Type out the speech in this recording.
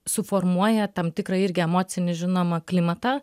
suformuoja tam tikrą irgi emocinį žinoma klimatą